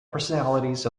personalities